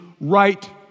right